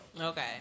Okay